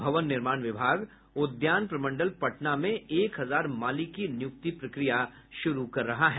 भवन निर्माण विभाग उद्यान प्रमंडल पटना में एक हजार माली की नियुक्ति प्रक्रिया शुरू कर रहा है